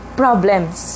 problems